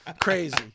Crazy